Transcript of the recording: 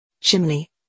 Chimney